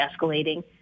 escalating